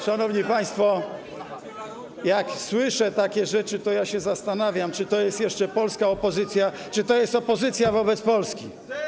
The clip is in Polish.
Szanowni państwo, jak słyszę takie rzeczy, to się zastanawiam, czy to jest jeszcze polska opozycja, czy to jest opozycja wobec Polski.